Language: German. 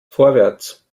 vorwärts